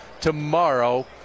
Tomorrow